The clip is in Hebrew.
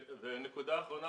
אבל